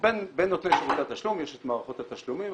בין נותני שירותי התשלום יש את מערכות התשלומים,